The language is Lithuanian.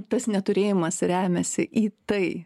tas neturėjimas remiasi į tai